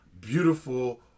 Beautiful